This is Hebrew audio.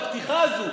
בפתיחה הזאת,